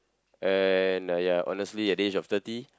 and uh ya honestly at the age of thirty